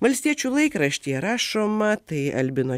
valstiečių laikraštyje rašoma tai albino